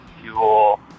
fuel